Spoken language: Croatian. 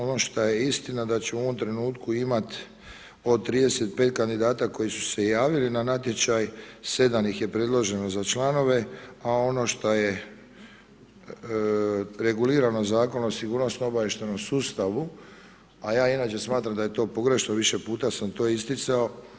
Ono što je istina da ćemo u ovom trenutku imat od 35 kandidata koji su se javili na natječaj, 7 ih je predloženo za članove, a ono što je regulirano Zakonom o sigurnosno-obavještajnom sustavu, a ja inače smatram da je to pogrešno više puta sam to isticao.